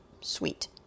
sweet